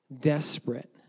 desperate